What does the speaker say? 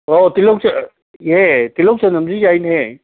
ꯑꯣ ꯇꯤꯜꯍꯧ ꯏꯍꯦ ꯇꯤꯜꯍꯧ ꯆꯅꯝꯁꯨ ꯌꯥꯏꯅꯦ